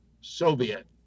Soviet